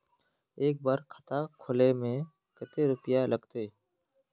एक बार खाता खोले में कते रुपया लगते?